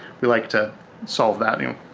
we like to solve that. you know,